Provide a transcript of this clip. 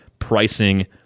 pricing